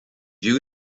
you